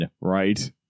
right